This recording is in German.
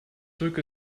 drücke